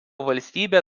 valstybė